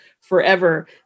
forever